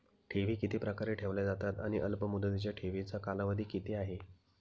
ठेवी किती प्रकारे ठेवल्या जातात आणि अल्पमुदतीच्या ठेवीचा कालावधी किती आहे?